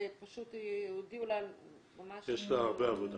ופשוט הודיעו לה ממש -- יש לה הרבה עבודה,